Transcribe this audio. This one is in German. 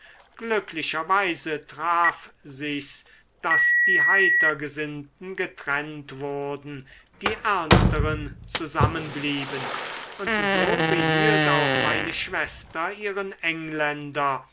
glücklicherweise traf sich's daß die heitergesinnten getrennt wurden die ernsteren zusammenblieben und so behielt auch meine schwester ihren engländer